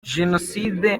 jenoside